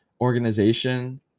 organization